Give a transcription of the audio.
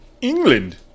England